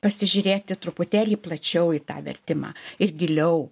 pasižiūrėti truputėlį plačiau į tą vertimą ir giliau